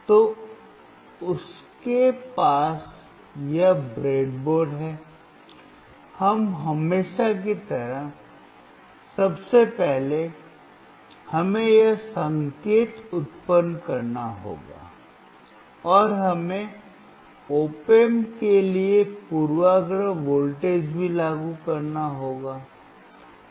तो उसके पास यह ब्रेडबोर्ड है अब हमेशा की तरह सबसे पहले हमें यह संकेत उत्पन्न करना होगा और हमें op amp के लिए पूर्वाग्रह वोल्टेज भी लागू करना होगा